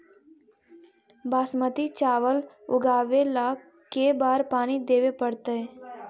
बासमती चावल उगावेला के बार पानी देवे पड़तै?